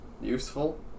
useful